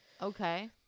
Okay